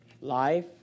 life